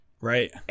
Right